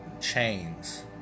chains